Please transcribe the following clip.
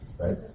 right